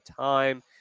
time